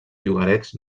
llogarets